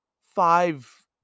five